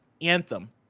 Anthem